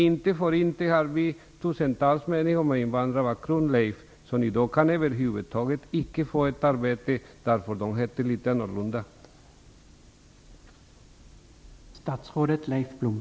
Inte för inte har vi tusentals människor med invandrarbakgrund som över huvud taget icke kan få ett arbete, därför att de har litet annorlunda namn.